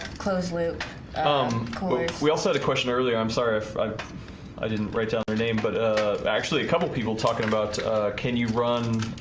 closed-loop um we also had a question earlier earlier i'm sorry if i didn't write down her name, but ah actually a couple people talking about can you run?